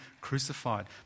crucified